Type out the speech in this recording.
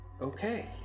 Okay